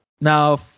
Now